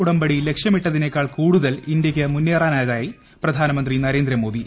ഉടമ്പടി ലക്ഷ്യമിട്ടതിനേക്കാൾ കൂടുതൽ ഇന്ത്യയ്ക്ക് മുന്നേറാനായതായി പ്രധാനമന്ത്രി നരേന്ദ്രമോദി